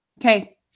Okay